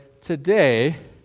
today